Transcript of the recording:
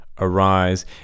Arise